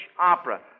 opera